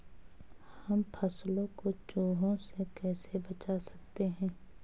हम फसलों को चूहों से कैसे बचा सकते हैं?